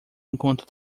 enquanto